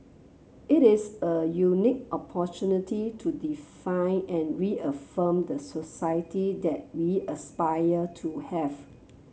it is a unique opportunity to define and reaffirm the society that we aspire to have